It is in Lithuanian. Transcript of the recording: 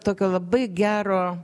tokio labai gero